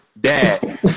dad